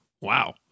wow